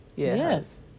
Yes